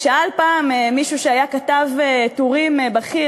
שאל פעם מישהו שהיה כתב טורים בכיר